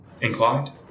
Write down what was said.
Inclined